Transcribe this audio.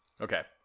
Okay